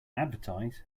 advertise